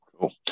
Cool